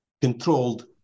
controlled